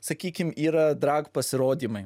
sakykim yra drag pasirodymai